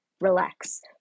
relax